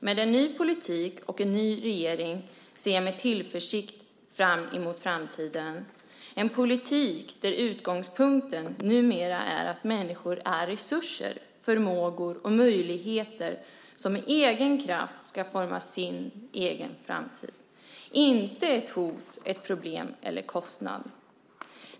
Med en ny politik och en ny regering ser jag med tillförsikt fram emot framtiden - en politik där utgångspunkten numera är att människor är resurser, förmågor och möjligheter och med egen kraft ska forma sin egen framtid. De är inte ett hot, ett problem eller en kostnad.